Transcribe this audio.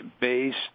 based